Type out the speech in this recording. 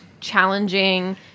challenging